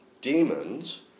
Demons